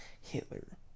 Hitler